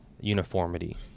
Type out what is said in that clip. uniformity